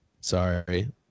Sorry